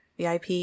VIP